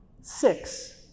six